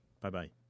Bye-bye